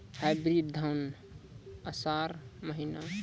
Hybrid धान आषाढ़ महीना?